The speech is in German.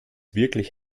wirklich